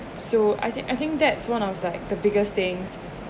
so I think I think that's one of like the biggest things